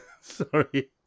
Sorry